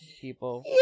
people